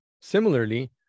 Similarly